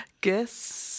Guess